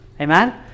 amen